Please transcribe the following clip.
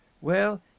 Well